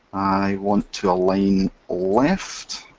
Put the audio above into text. i want to align left,